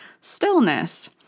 stillness